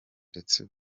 ndetse